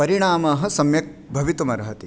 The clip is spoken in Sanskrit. परिणामः सम्यक् भवितुमर्हति